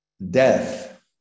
Death